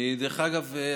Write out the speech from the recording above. דרך אגב,